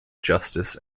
justice